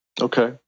Okay